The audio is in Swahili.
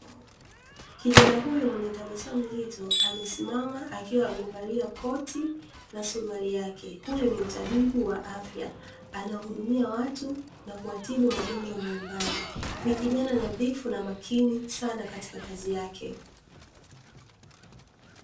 Kijana huyu mwenye tabasamu zito amesimama akiwa amevalia koti na suruali yake, huyu ni mtabibu wa afya anawahudumia watu na kuwatibu magonjwa mbalimbali, ni kijana nadhifu na makini sana katika kazi yake.